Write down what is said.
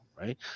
right